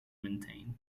maintained